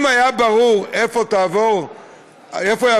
אם היה ברור איפה יעבור הגבול,